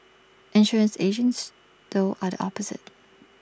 insurance agents though are the opposite